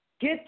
Get